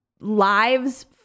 lives